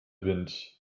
wind